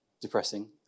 depressing